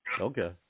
Okay